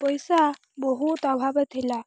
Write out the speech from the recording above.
ପଇସା ବହୁତ ଅଭାବ ଥିଲା